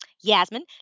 Yasmin